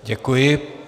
Děkuji.